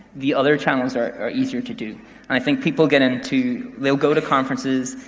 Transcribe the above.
the other channels are are easier to do. and i think people get into, they'll go to conferences,